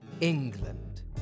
England